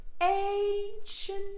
ancient